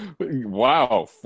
Wow